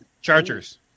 chargers